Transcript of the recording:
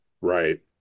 Right